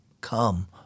Come